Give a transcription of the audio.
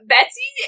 Betsy